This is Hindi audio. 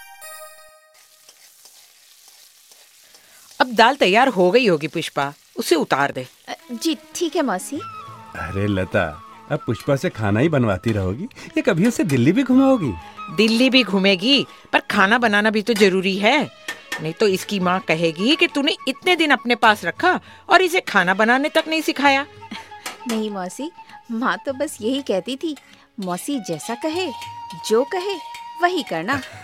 अब दाल तैयार हो गई होगी, पुष्पा. उसे उतार दे. अ, जी, ठीक है, मौसी. अरे लता, अब पुष्पा से खाना ही बनवाती रहोगी? ये कभी उसे दिल्ली भी घुमाओगी? दिल्ली भी घूमेगी, पर खाना बनाना भी तो जरूरी है. नहीं तो इसकी माँ कहेगी कि तूने इतने दिन अपने पास रखा और इसे खाना बनाने तक नहीं सिखाया. नहीं, मौसी, माँ तो बस यही कहती थी, "मौसी जैसा कहे, जो कहे, वही करना."